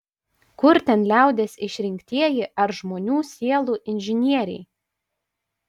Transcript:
kur ten liaudies išrinktieji ar žmonių sielų inžinieriai